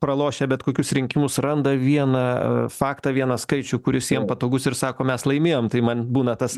pralošę bet kokius rinkimus randa vieną faktą vieną skaičių kuris jiem patogus ir sako mes laimėjom tai man būna tas